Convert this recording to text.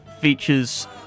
Features